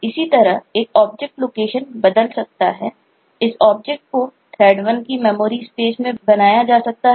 इसी तरह एक ऑब्जेक्ट लोकेशन बदल सकता है इस ऑब्जेक्ट को Thread 1 की मेमोरी स्पेस में बनाया जा सकता है